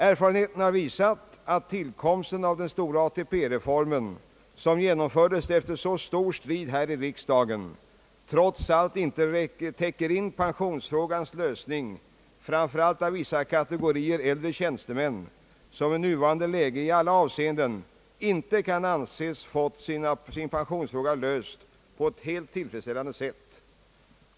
Erfarenheten har visat att tillkomsten av den stora ATP-reformen, som genomfördes efter stor strid här i riksdagen, trots allt inte täcker in pensionsfrågans lösning, framför allt av vissa kategorier äldre tjänstemän, som i nuvarande läge i alla avseenden inte kan anses fått sin pensionsfråga löst på ett helt tillfredsställande sätt.